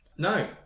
No